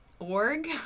Org